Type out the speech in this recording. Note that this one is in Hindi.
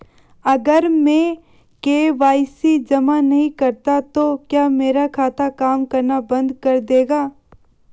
अगर मैं के.वाई.सी जमा नहीं करता तो क्या मेरा खाता काम करना बंद कर देगा?